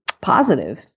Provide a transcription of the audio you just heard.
positive